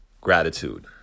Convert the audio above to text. Gratitude